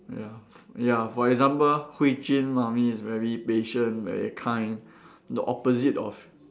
ya ya for example Hui Jun mummy is very patient very kind the opposite of